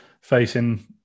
facing